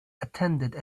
attended